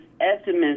estimates